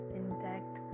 intact